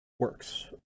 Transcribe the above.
works